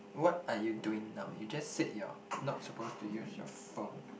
what are you doing now you just said you are not supposed to use your phone